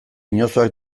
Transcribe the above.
inozoak